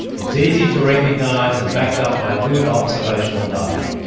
it is easy to recognise and backed up by good observational data.